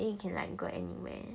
then you can like go anywhere